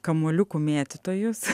kamuoliukų mėtytojus